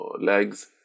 legs